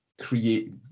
create